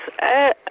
Yes